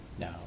no